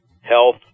health